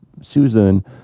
Susan